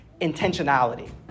intentionality